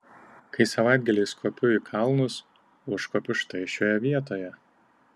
kai savaitgaliais kopiu į kalnus užkopiu štai šioje vietoje